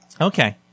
Okay